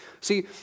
See